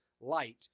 light